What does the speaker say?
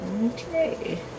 Okay